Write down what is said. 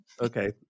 Okay